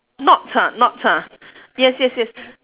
knot ah knot ah yes yes yes